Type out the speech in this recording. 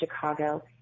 Chicago